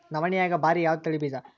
ನವಣಿಯಾಗ ಭಾರಿ ಯಾವದ ತಳಿ ಬೀಜ?